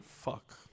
Fuck